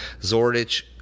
Zordich